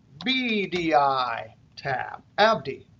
b d i tab. abdi.